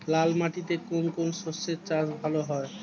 লাল মাটিতে কোন কোন শস্যের চাষ ভালো হয়?